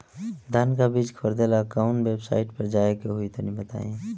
धान का बीज खरीदे ला काउन वेबसाइट पर जाए के होई तनि बताई?